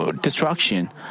destruction